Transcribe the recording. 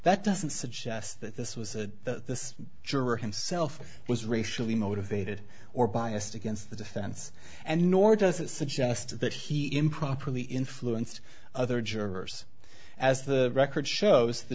that doesn't suggest that this was a that this juror himself was racially motivated or biased against the defense and nor does it suggest that he improperly influenced other jurors as the record shows the